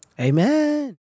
Amen